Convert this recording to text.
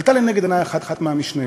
עלתה לנגד עיני אחת המשניות.